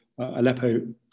Aleppo